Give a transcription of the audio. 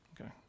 Okay